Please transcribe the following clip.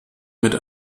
mit